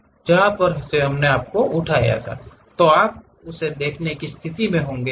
तुम कोई वस्तु उठाओ तो आप उसे दिखने की स्थिति में होंगे